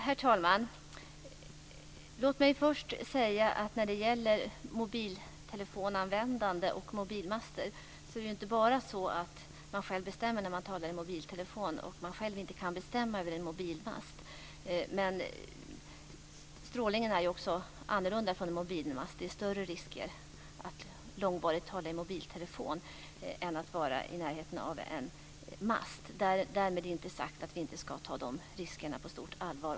Herr talman! Låt mig först säga att det inte är så att man själv bestämmer när man talar i mobiltelefon och att man själv inte kan bestämma över en mobilmast. Strålningen är också annorlunda från en mobilmast. Det är större risker med att långvarigt tala i mobiltelefon än att vara i närheten av en mast. Därmed inte sagt att vi inte ska ta också de riskerna på stort allvar.